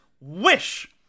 wish